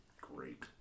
Great